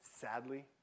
Sadly